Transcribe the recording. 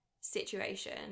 situation